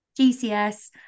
GCS